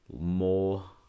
more